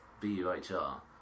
B-U-H-R